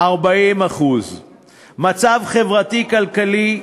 40%; מצב חברתי-כלכלי,